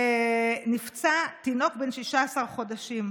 ונפצע תינוק בן 16 חודשים.